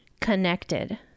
connected